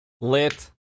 lit